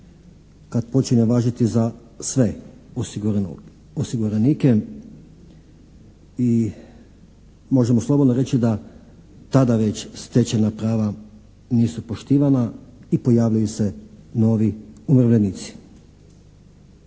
kad počinje važiti za sve osiguranike i možemo slobodno reći da tada već stečena prava nisu poštivana i pojavljuju se novi umirovljenici.